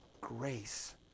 grace